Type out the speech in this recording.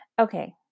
Okay